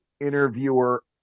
interviewer